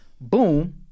boom